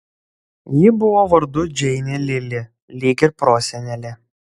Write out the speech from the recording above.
ji buvo vardu džeinė lili lyg ir prosenelė